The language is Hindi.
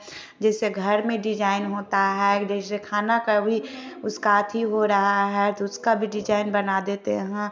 जैसे घर में डिजाईन होता है जैसे खाना का भी उसका एथि हो रहा है तो उसका भी डिजाईन बना देते हैं